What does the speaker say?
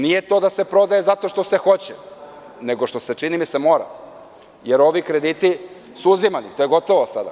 Nije to da se prodaje zato što se hoće nego što se mora, jer ovi krediti su uzimani i to je gotovo sada.